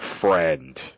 friend